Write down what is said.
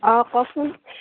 অঁ কওকচোন